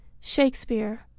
shakespeare